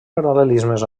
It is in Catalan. paral·lelismes